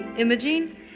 Imogene